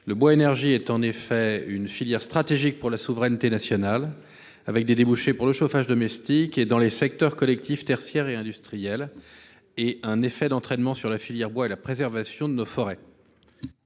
Le bois énergie est une filière stratégique pour la souveraineté nationale, avec des débouchés pour le chauffage domestique et dans les secteurs collectif, tertiaire et industriel. Cette filière a un effet d’entraînement sur la préservation de nos forêts.